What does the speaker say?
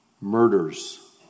murders